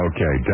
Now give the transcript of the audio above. Okay